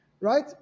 Right